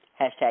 Hashtag